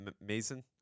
Mason